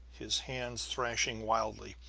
his hands thrashing wildly,